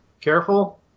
careful